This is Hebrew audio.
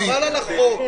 חבל על החוק.